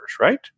right